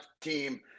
team